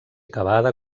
cavada